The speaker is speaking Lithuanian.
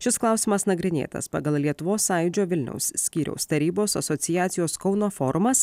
šis klausimas nagrinėtas pagal lietuvos sąjūdžio vilniaus skyriaus tarybos asociacijos kauno forumas